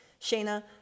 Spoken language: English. Shayna